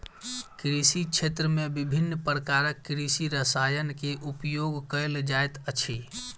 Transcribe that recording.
कृषि क्षेत्र में विभिन्न प्रकारक कृषि रसायन के उपयोग कयल जाइत अछि